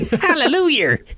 Hallelujah